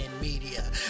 media